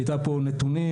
היו פה נתונים,